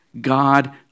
God